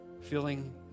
Feeling